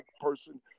person